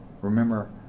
Remember